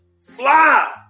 Fly